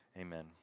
Amen